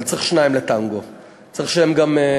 אבל צריך שניים לטנגו, צריך שהם גם,